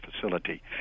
facility